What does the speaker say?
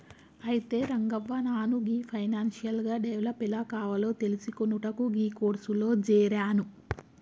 అయితే రంగవ్వ నాను గీ ఫైనాన్షియల్ గా డెవలప్ ఎలా కావాలో తెలిసికొనుటకు గీ కోర్సులో జేరాను